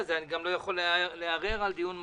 הזה אני גם לא יכול לערער על דיון מהיר,